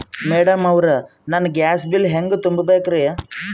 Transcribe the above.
Madam ಅವ್ರ, ನಾ gas bill ಹೆಂಗ ತುಂಬಾ ಬೇಕ್ರಿ?